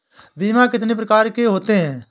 बीमा कितनी प्रकार के होते हैं?